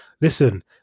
Listen